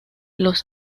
los